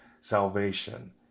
salvation